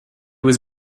was